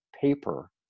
paper